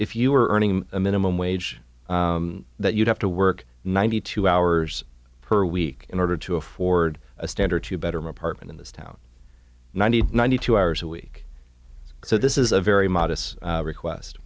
if you were earning a minimum wage that you'd have to work ninety two hours per week in order to afford a standard to better my apartment in this town ninety ninety two hours a week so this is a very modest request